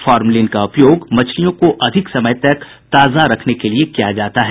formalin का उपयोग मछलियों को अधिक समय तक ताजा रखने के लिये किया जाता है